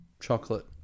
chocolate